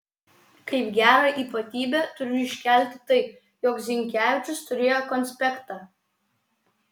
kaip gerą ypatybę turiu iškelti tai jog zinkevičius turėjo konspektą